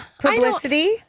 publicity